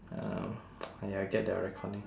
um !aiya! get their recording